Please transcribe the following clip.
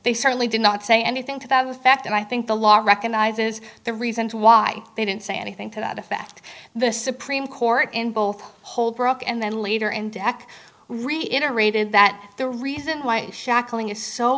they certainly did not say anything to that effect and i think the law recognizes the reasons why they didn't say anything to that effect the supreme court in both holbrook and then later in dec reiterated that the reason why s